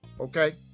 okay